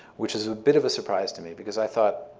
which is a bit of a surprise to me because i thought